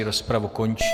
Rozpravu končím.